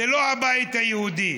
זה לא הבית היהודי.